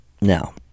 Now